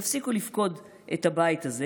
יפסיקו לפקוד את הבית הזה,